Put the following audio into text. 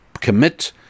commit